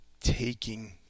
taking